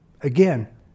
Again